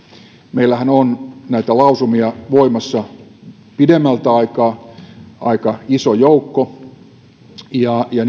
meillähän on näitä lausumia voimassa pidemmältä aikaa aika iso joukko ja ja